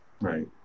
Right